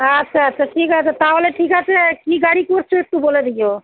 আচ্ছা আচ্ছা ঠিক আছে তাহলে ঠিক আছে কী গাড়ি করছো একটু বলে দিও